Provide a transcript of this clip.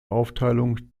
aufteilung